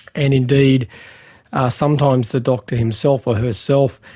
and indeed sometimes the doctor himself or herself,